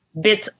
bits